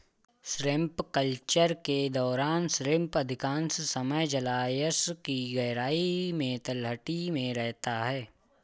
shrimp culture के दौरान shrimp अधिकांश समय जलायश की गहराई में तलहटी में रहता है